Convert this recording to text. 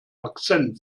akzent